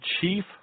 chief